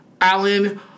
Alan